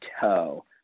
toe